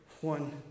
one